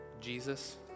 Jesus